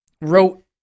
wrote